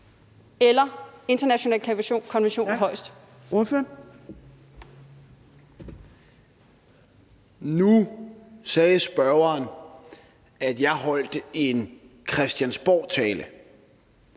Nu sagde spørgeren, at jeg holdt en Christiansborgtale,